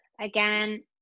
again